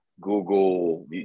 Google